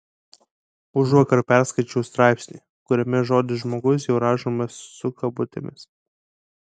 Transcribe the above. užvakar perskaičiau straipsnį kuriame žodis žmogus jau rašomas su kabutėmis